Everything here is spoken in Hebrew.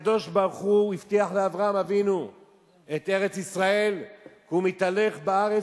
הקדוש-ברוך-הוא הבטיח את ארץ-ישראל לאברהם אבינו: "קום התהלך בארץ